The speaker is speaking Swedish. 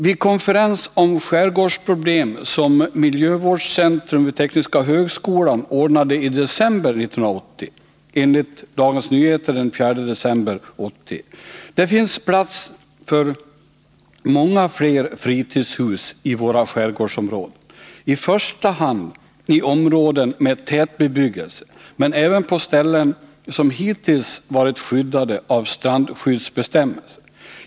Vid konferensen om skärgårdsproblem som miljövårdscentrum vid Tekniska högskolan ordnade i december 1980 sade han, enligt Dagens Nyheter: Det finns plats för många fler fritidshus i våra sk; årdsområden. I första hand i områden med tätbebyggelse men även på ställen som hittills varit skyddade av strandskyddsbestämmelser.